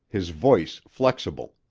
his voice flexible.